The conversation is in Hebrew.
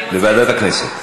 לוועדת הכנסת.